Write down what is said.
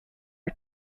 are